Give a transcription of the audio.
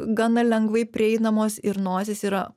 gana lengvai prieinamos ir nosis yra